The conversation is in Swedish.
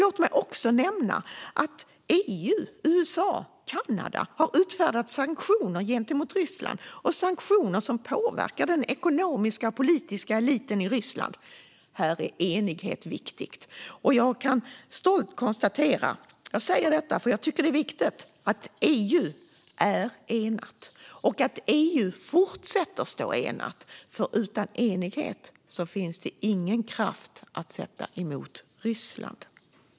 Låt mig också nämna att EU, USA och Kanada har utfärdat sanktioner gentemot Ryssland - sanktioner som påverkar den ekonomiska och politiska eliten i Ryssland. Här är enighet viktigt. Och jag kan stolt konstatera - jag säger detta, för jag tycker att det är viktigt - att EU är enat. Det är viktigt att EU fortsätter att stå enat, för utan enighet finns det ingen kraft att sätta emot Ryssland.